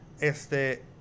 este